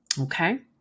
Okay